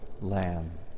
lamb